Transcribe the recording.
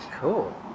Cool